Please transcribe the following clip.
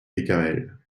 bécamel